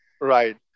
right